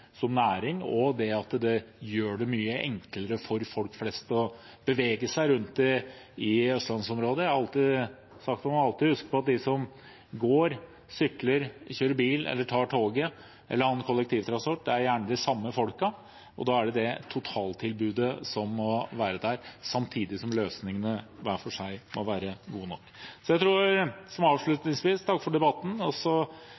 som næring, og det at det gjør det mye enklere for folk flest å bevege seg rundt i østlandsområdet. Jeg har alltid sagt at man må huske på at de som går, sykler, kjører bil eller tar toget eller annen kollektivtransport, gjerne er de samme folkene, og da må det totale tilbudet være der, samtidig som løsningene hver for seg må være gode nok. Jeg vil avslutningsvis takke for debatten, og så